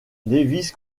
lewis